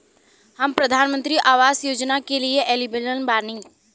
हम प्रधानमंत्री आवास योजना के लिए एलिजिबल बनी?